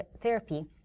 therapy